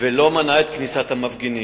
ולא מנעה את כניסת המפגינים,